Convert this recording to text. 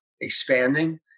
expanding